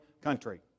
country